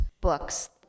books